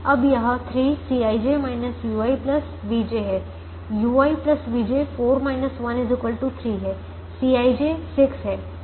अब यह 3 Cij ui vj है ui vj 4 1 3 है Cij 6 है 6 3 3 है